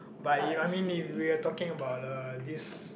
but if I mean if we are talking about uh this